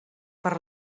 per